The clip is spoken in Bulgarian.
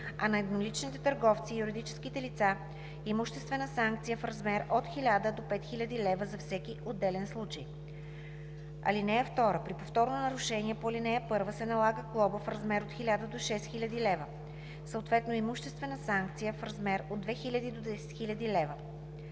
а на едноличните търговци и юридически лица – имуществена санкция в размер от 1000 до 5000 лв. за всеки отделен случай. (2) При повторно нарушение по ал. 1 се налага глоба в размер от 1000 до 6000 лв., съответно имуществена санкция в размер от 2000 до 10 000 лв.“